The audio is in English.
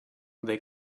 they